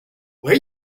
where